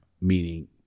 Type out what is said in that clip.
meaning-